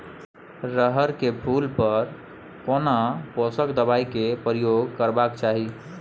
रहर के फूल पर केना पोषक दबाय के प्रयोग करबाक चाही?